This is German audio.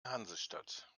hansestadt